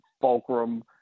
fulcrum